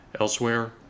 elsewhere